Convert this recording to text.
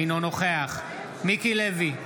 אינו נוכח מיקי לוי,